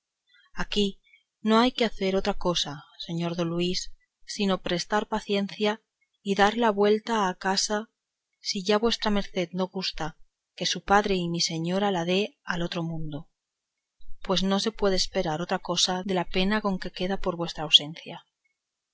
aquí no hay que hacer otra cosa señor don luis sino prestar paciencia y dar la vuelta a casa si ya vuestra merced no gusta que su padre y mi señor la dé al otro mundo porque no se puede esperar otra cosa de la pena con que queda por vuestra ausencia